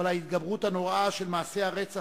אבל ההתגברות הנוראה של מעשי הרצח,